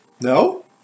No